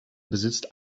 besitzt